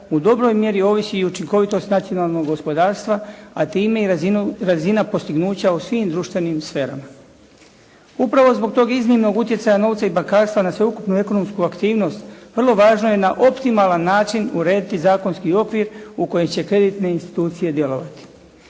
u dobroj mjeri ovisi i učinkovitost nacionalnog gospodarstva, a time i razina postignuća u svim društvenim sferama. Upravo zbog tog iznimnog utjecaja novca i bankarstva na sveukupnu ekonomsku aktivnost, vrlo važno je na optimalan način urediti zakonski okvir u kojem će kreditne institucije djelovati.